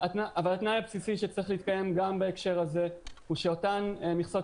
אבל התנאי הבסיסי שצריך להתקיים גם בהקשר הזה הוא שאותן מכסות